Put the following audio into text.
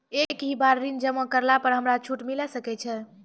एक ही बार ऋण जमा करला पर हमरा छूट मिले सकय छै?